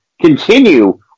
continue